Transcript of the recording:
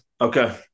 Okay